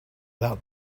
that